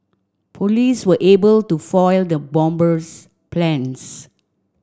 police were able to foil the bomber's plans